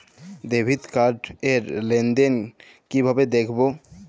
Debit card র লেনদেন কিভাবে দেখবো?